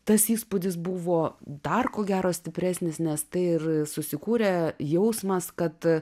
tas įspūdis buvo dar ko gero stipresnis nes tai ir susikūrė jausmas kad